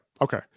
Okay